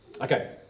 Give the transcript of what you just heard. Okay